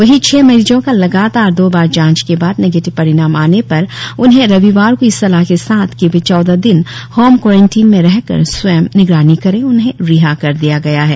वहीं छह मरीजों का लगातार दो बार जांच के बाद निगेटीव परिणाम आने पर उन्हें रविवार को इस सलाह के साथ कि वे चौदह दिन होम क्वारेंटाइन में रहकर स्वयं निगरानी करे उन्हें रिहा कर दिया गया है